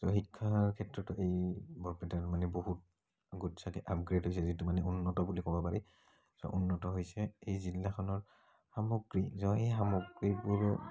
ছ' শিক্ষাৰ ক্ষেত্ৰতো এই বৰপেটাৰ মানে বহুত আগতচেকে আপগ্ৰেড হৈছে যিটো মানে উন্নত বুলি ক'ব পাৰি ছ' উন্নত হৈছে এই জিলাখনৰ সামগ্ৰী জ এই সামগ্ৰীবোৰৰ